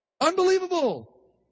Unbelievable